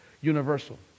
universal